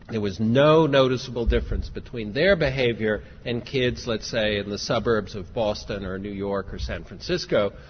there was no noticeable difference between their behaviour and kids let's say in the suburbs of boston, or new york, or san francisco,